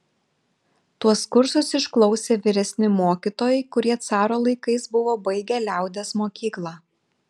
tuos kursus išklausė vyresni mokytojai kurie caro laikais buvo baigę liaudies mokyklą